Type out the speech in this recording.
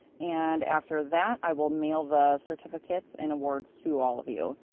and after that i will mail the certificates and awards to all of you.